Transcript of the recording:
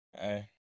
Hey